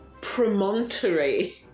promontory